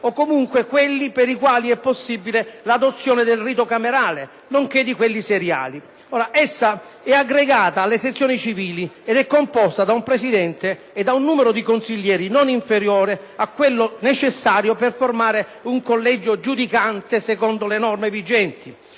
Resoconto stenografico 3 marzo 2009 del rito camerale, nonche´ di quelli seriali. Essa eaggregata alle sezioni civili ed e composta da un presidente e da un numero di consiglieri non inferiore a quello necessario per formare un collegio giudicante secondo le norme vigenti.